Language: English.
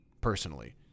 personally